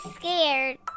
scared